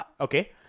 Okay